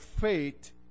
faith